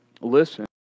Listen